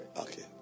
Okay